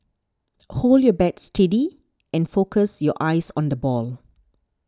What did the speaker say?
hold your bat steady and focus your eyes on the ball